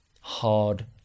hard